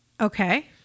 Okay